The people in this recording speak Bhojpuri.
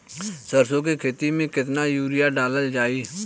सरसों के खेती में केतना यूरिया डालल जाई?